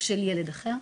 של ילד אחר.